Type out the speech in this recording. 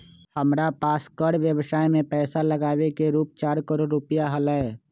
हमरा पास कर व्ययवसाय में पैसा लागावे के रूप चार करोड़ रुपिया हलय